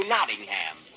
Nottingham